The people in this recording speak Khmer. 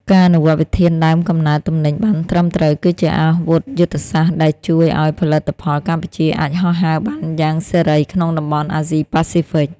ការអនុវត្តវិធានដើមកំណើតទំនិញបានត្រឹមត្រូវ គឺជាអាវុធយុទ្ធសាស្ត្រដែលជួយឱ្យផលិតផលកម្ពុជាអាចហោះហើរបានយ៉ាងសេរីក្នុងតំបន់អាស៊ីប៉ាស៊ីហ្វិក។